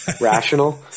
Rational